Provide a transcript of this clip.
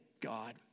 God